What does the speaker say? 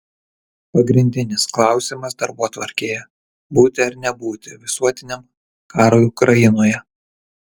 pagrindinis klausimas darbotvarkėje būti ar nebūti visuotiniam karui ukrainoje